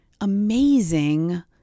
Amazing